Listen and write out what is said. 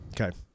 Okay